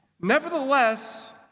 Nevertheless